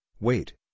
wait